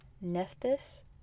Nephthys